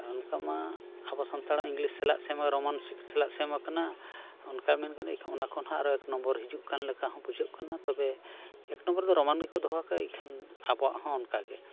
ᱟᱨ ᱚᱱᱠᱟ ᱢᱟ ᱟᱵᱚ ᱥᱟᱱᱛᱟᱲ ᱢᱟ ᱤᱝᱞᱤᱥ ᱥᱟᱞᱟᱜ ᱥᱮ ᱨᱳᱢᱟᱱ ᱪᱤᱠᱤ ᱥᱟᱞᱟᱜ ᱥᱮᱢ ᱟᱠᱟᱱᱟ ᱚᱱᱠᱟ ᱢᱮᱱ ᱟᱠᱟᱱᱟ ᱚᱱᱟ ᱠᱷᱚᱱ ᱦᱚᱸ ᱟᱨᱚ ᱮᱠ ᱱᱚᱢᱵᱚᱨ ᱦᱤᱡᱩᱜ ᱠᱟᱱ ᱞᱮᱠᱟ ᱦᱚᱸ ᱵᱩᱡᱷᱟᱹᱜ ᱠᱟᱱᱟ ᱛᱚᱵᱮ ᱮᱠ ᱱᱚᱢᱵᱚᱨ ᱫᱚ ᱨᱳᱢᱟᱱ ᱜᱮᱠᱚ ᱫᱚᱦᱚ ᱠᱟᱜᱼᱟ ᱮᱠᱷᱟᱱ ᱟᱵᱚᱣᱟᱜ ᱦᱚᱸ ᱚᱱᱠᱟᱜᱮ